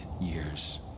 years